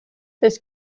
this